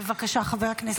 בבקשה, חבר הכנסת טל.